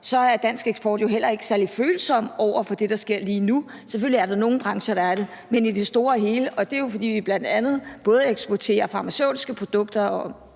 så er dansk eksport jo heller ikke særlig følsom over for det, der sker lige nu. Selvfølgelig er der nogle brancher, der er det, men i det store hele er vi ikke. Og det er jo bl.a., fordi vi både eksporterer farmaceutiske produkter